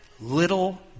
little